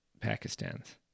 Pakistan's